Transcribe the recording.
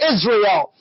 Israel